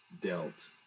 dealt